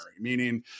Meaning